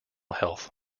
health